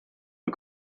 wir